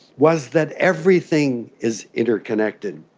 was that everything is interconnected.